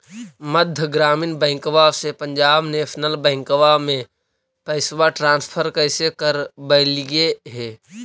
मध्य ग्रामीण बैंकवा से पंजाब नेशनल बैंकवा मे पैसवा ट्रांसफर कैसे करवैलीऐ हे?